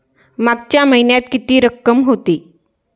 मागच्या महिन्यात किती रक्कम होती?